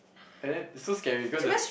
and then it's so scary cause there's